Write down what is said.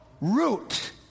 root